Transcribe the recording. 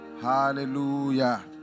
Hallelujah